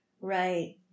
Right